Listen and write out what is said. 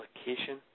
application